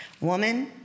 Woman